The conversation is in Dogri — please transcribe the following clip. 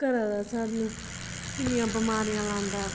करा दा सानूं किन्नियां बमारियां लांदा ऐ